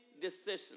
decision